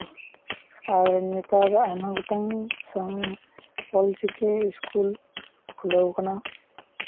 ᱟᱨ ᱱᱮᱛᱟᱨ ᱟᱭᱢᱟ ᱜᱚᱴᱟᱱ ᱚᱞ ᱪᱤᱠᱤ ᱤᱥᱠᱩᱞ ᱠᱷᱩᱞᱟᱹᱣ ᱠᱟᱱᱟ